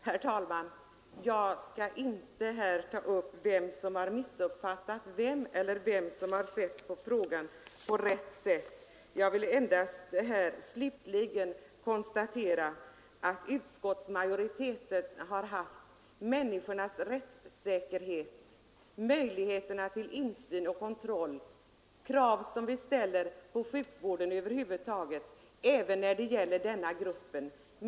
Herr talman! Jag skall inte ta upp frågan om vem som har missuppfattat vem eller vem som har bedömt frågan på rätt sätt. Jag vill endast konstatera att utskottsmajoriteten har sett till människornas rättssäkerhet och till möjligheterna till insyn och kontroll. De krav som vi ställer på sjukvården över huvud taget måste vi ställa även här.